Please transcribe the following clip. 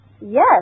Yes